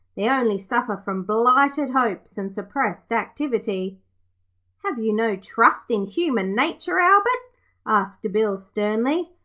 they only suffer from blighted hopes and suppressed activity have you no trust in human nature, albert asked bill, sternly.